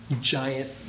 giant –